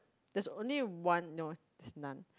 there's only one no is none